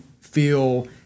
feel